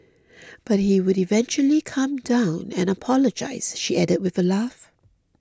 but he would eventually calm down and apologise she added with a laugh